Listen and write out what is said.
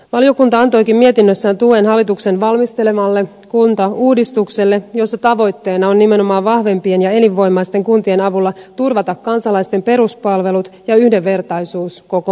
valiokunta antoikin mietinnössään tuen hallituksen valmistelemalle kuntauudistukselle jossa tavoitteena on nimenomaan vahvempien ja elinvoimaisten kuntien avulla turvata kansalaisten peruspalvelut ja yhdenvertaisuus koko maassa